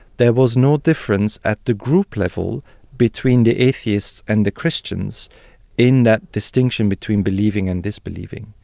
there was no difference at the group level between the atheists and the christians in that distinction between believing and disbelieving.